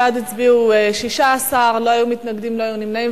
בעד הצביעו 16, אין מתנגדים, אין נמנעים.